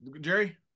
Jerry